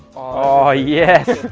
aww yes!